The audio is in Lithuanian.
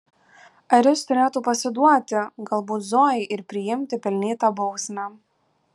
ar jis turėtų pasiduoti galbūt zojai ir priimti pelnytą bausmę